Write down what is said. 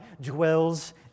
dwells